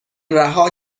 رها